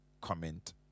comment